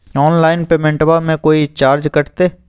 Online पेमेंटबां मे कोइ चार्ज कटते?